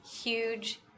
huge